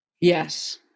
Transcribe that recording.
Yes